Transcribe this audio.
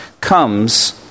comes